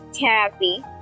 therapy